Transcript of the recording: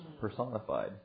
personified